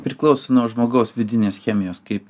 priklauso nuo žmogaus vidinės chemijos kaip